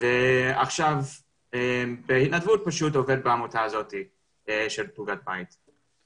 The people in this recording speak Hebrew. ועכשיו בהתנדבות אני עובד בעמותה הזאת של פלוגת בית.